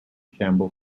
campbell